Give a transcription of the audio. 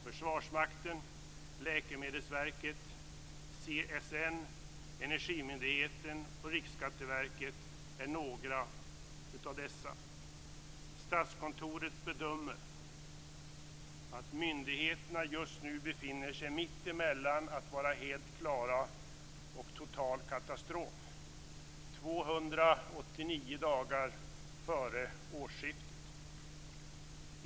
Försvarsmakten, Läkemedelsverket, CSN, Energimyndigheten och Riksskatteverket är några av dessa. Statskontoret bedömer att myndigheterna just nu befinner sig mittemellan att vara helt klara och total katastrof - 289 dagar före årsskiftet.